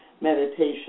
meditation